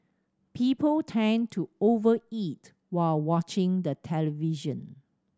people tend to over eat while watching the television